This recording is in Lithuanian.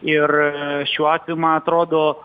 ir šiuo atveju man atrodo